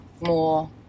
more